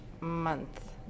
Month